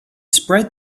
spread